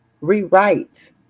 rewrite